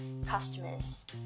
customers